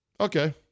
okay